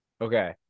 Okay